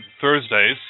Thursdays